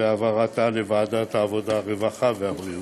ולהעבירה לוועדת העבודה, הרווחה והבריאות.